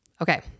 Okay